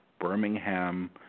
Birmingham